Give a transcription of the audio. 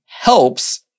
helps